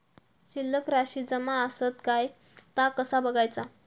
शिल्लक राशी जमा आसत काय ता कसा बगायचा?